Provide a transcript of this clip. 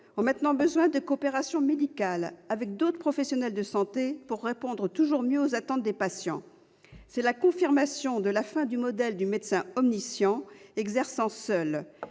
ont désormais besoin de coopération médicale avec d'autres professionnels de santé afin de répondre toujours mieux aux attentes des patients. La fin du modèle du médecin omniscient, exerçant seul,